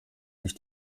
sich